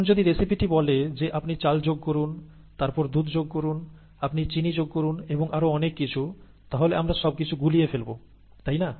এখন যদি রেসিপিটি বলে যে আপনি চাল দিন আপনি দুধ দিন আপনি চিনি দিন এবং আরও অনেক কিছু তাহলে আমরা সবকিছু গুলিয়ে ফেলব তাই না